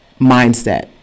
mindset